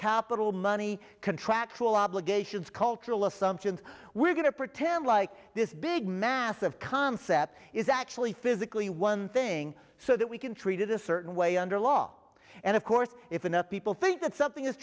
capital money contractual obligations cultural assumptions we're going to pretend like this big massive concept is actually physically one thing so that we can treated a certain way under law and of course if enough people think that something is